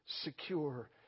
secure